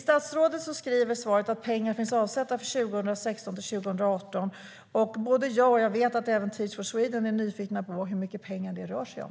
Statsrådet säger i svaret att pengar finns avsatta 2016-2018. Både jag och Teach for Sweden är nyfikna på hur mycket pengar det rör sig om.